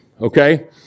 okay